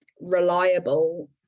reliable